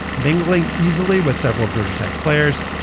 mingling easily with several georgia tech players.